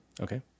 okay